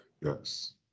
Yes